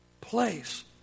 place